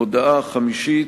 הודעה חמישית: